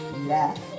left